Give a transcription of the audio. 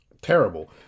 terrible